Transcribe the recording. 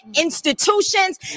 institutions